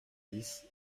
dix